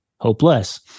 hopeless